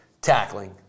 tackling